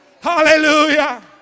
Hallelujah